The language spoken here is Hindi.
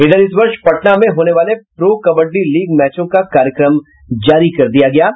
इधर इस वर्ष पटना में होने वाले प्रो कबड्डी लीग मैचों का कार्यक्रम जारी कर दिया गया है